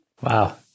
Wow